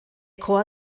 chor